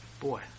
Boy